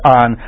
on